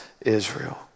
Israel